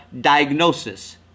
diagnosis